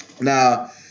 Now